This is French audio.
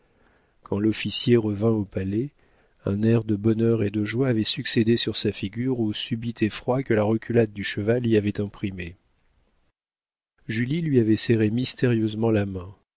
quand l'officier revint au palais un air de bonheur et de joie avait succédé sur sa figure au subit effroi que la reculade du cheval y avait imprimé julie lui avait serré mystérieusement la main